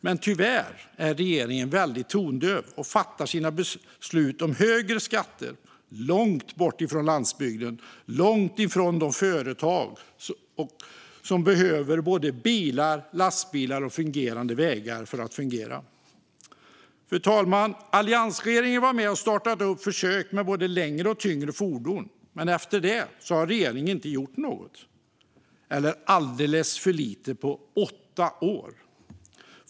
Men tyvärr är regeringen tondöv och sitter och fattar sina beslut om högre skatter långt bort från landsbygden och långt från de företag som behöver både bilar, lastbilar och fungerande vägar för att kunna vara verksamma. Fru talman! Alliansregeringen var med och startade försök med både längre och tyngre fordon, men efter det har regeringen inte gjort något, eller alldeles för lite, på åtta år.